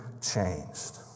changed